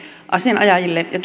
asianajajille ja